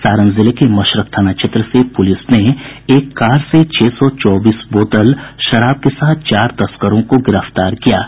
सारण जिले के मशरक थाना क्षेत्र से पुलिस ने एक कार से छह सौ चौबीस बोतल विदेशी शराब के साथ चार लोगों को गिरफ्तार किया है